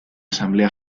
asamblea